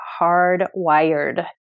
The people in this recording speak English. hardwired